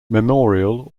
memorial